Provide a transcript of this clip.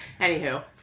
Anywho